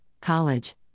college